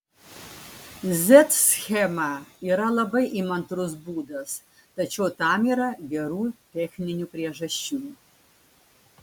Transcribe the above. z schema yra labai įmantrus būdas tačiau tam yra gerų techninių priežasčių